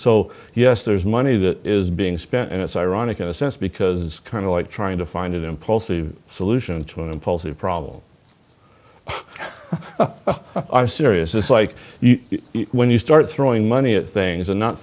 so yes there's money that is being spent and it's ironic in a sense because it's kind of like trying to find it implodes the solution to an impulsive problem are serious is like when you start throwing money at things and not